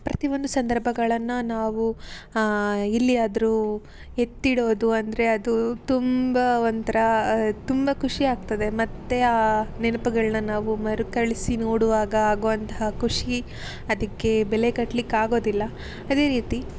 ಪ್ರತಿಯೊಂದು ಸಂದರ್ಭಗಳನ್ನು ನಾವು ಎಲ್ಲಿ ಆದರೂ ಎತ್ತಿಡೋದು ಅಂದರೆ ಅದು ತುಂಬ ಒಂಥರ ತುಂಬ ಖುಷಿ ಆಗ್ತದೆ ಮತ್ತು ಆ ನೆನಪುಗಳನ್ನ ನಾವು ಮರುಕಳಿಸಿ ನೋಡುವಾಗ ಆಗುವಂತಹ ಖುಷಿ ಅದಕ್ಕೆ ಬೆಲೆ ಕಟ್ಲಿಕ್ಕೆ ಆಗೋದಿಲ್ಲ ಅದೇ ರೀತಿ